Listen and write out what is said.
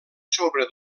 sobre